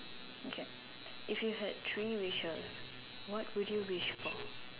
okay if you had three wishes what would you wish for